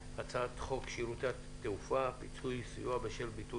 הצעת חוק שירותי תעופה (פיצוי וסיוע בשל ביטול